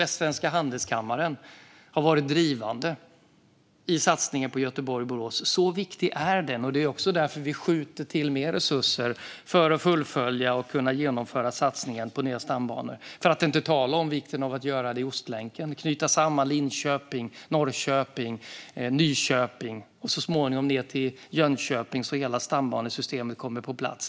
Västsvenska handelskammaren har varit drivande i satsningen på Göteborg-Borås. Så viktig är den, och det är också därför vi skjuter till mer resurser för kunna fullfölja och genomföra satsningen på nya stambanor - för att inte tala om vikten av att göra det i Ostlänken och knyta samman Linköping, Norrköping, Nyköping och så småningom Jönköping så att hela stambanesystemet kommer på plats.